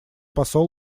посол